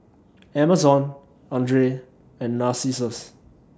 Amazon Andre and Narcissus